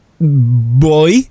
boy